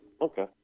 Okay